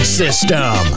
system